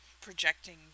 projecting